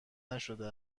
نشده